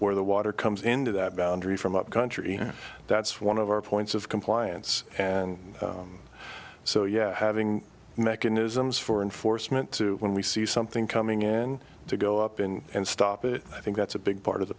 where the water comes into that boundary from upcountry that's one of our points of compliance and so yeah having mechanisms for enforcement to when we see something coming in to go up and stop it i think that's a big part of the